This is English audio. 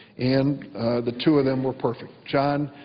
and the two of them were perfect. john